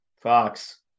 Fox